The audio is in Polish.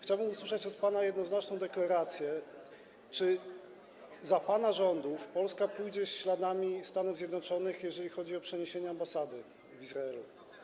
Chciałbym usłyszeć od pana jednoznaczną deklarację, czy za pana rządów Polska pójdzie śladami Stanów Zjednoczonych, jeżeli chodzi o przeniesienie ambasady w Izraelu.